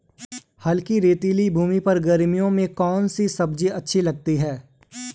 हल्की रेतीली भूमि पर गर्मियों में कौन सी सब्जी अच्छी उगती है?